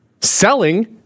selling